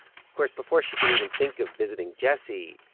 course, before she could even think of visiting jessie,